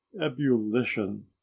ebullition